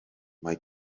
mae